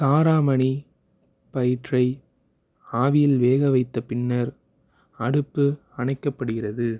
காராமணி பயிற்றை ஆவியில் வேக வைத்த பின்னர் அடுப்பு அணைக்கப்படுகிறது